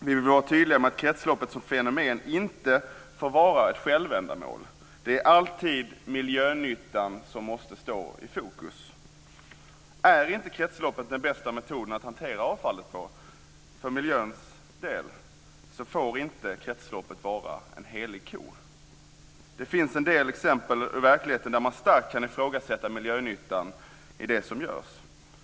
Vi vill vara tydliga med att kretsloppet som fenomen inte får vara ett självändamål. Det är alltid miljönyttan som måste stå i fokus. Är inte kretsloppet den bästa metoden att hantera avfall på för miljöns del får inte kretsloppet vara en helig ko. Det finns en del exempel ur verkligheten där man starkt kan ifrågasätta miljönyttan i det som görs.